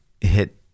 hit